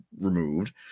removed